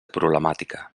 problemàtica